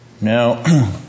Now